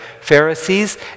Pharisees